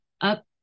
up